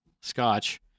scotch